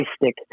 stick